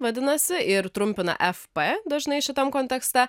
vadinasi ir trumpina f p dažnai šitam kontekste